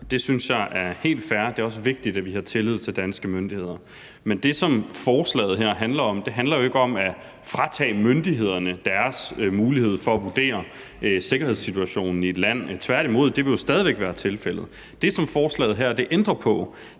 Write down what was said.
Det synes jeg er helt fair. Det er også vigtigt, at vi har tillid til danske myndigheder, men det, som forslaget her handler om, er ikke at fratage myndighederne deres mulighed for at vurdere sikkerhedssituationen i et land, tværtimod. Det vil jo stadig væk være tilfældet. Det, som forslaget her ændrer på,